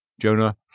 Jonah